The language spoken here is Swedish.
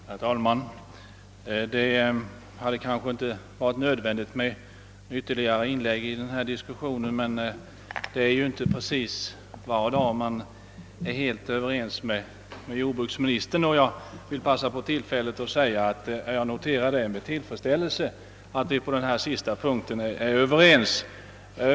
Herr talman! Det hade kanske inte varit nödvändigt med ytterligare inlägg 1 denna diskussion, men det är inte precis varje dag jag är helt överens med jordbruksministern. Jag vill passa på tillfället att säga att jag med tillfredsställelse noterar att vi har samma uppfattning på den sista punkten.